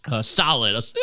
solid